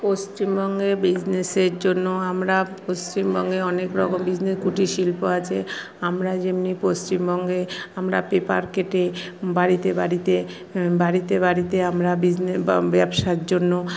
পশ্চিমবঙ্গে বিজনেসের জন্য আমরা পশ্চিমবঙ্গে অনেকরকম বিজনেস কুটির শিল্প আছে আমরা যেমনি পশ্চিমবঙ্গে আমরা পেপার কেটে বাড়িতে বাড়িতে বাড়িতে বাড়িতে আমরা বিজনেস বা ব্যবসার জন্য